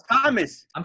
Thomas